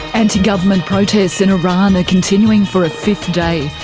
anti-government protests in iran are continuing for a fifth day,